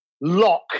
lock